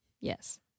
yes